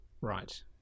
Right